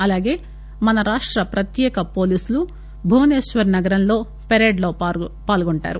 అలాగే మనరాష్ట ప్రత్యేక పోలీసులు భువసేశ్వర్ నగరంలో పెరెడ్ లో పాల్గొంటారు